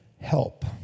help